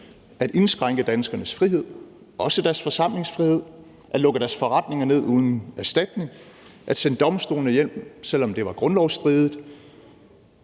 at indskrænke danskernes frihed, også deres forsamlingsfrihed, at lukke deres forretninger ned uden erstatning, at sende domstolene hjem, selv om det var grundlovsstridigt.